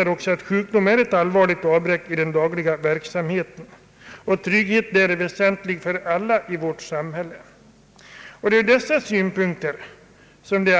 Vi vet alla att sjukdom är ett allvarligt avbräck i den dagliga verksamheten, och trygghet där är något väsentligt för alla i vårt samhälle. Det är från dessa synpunkter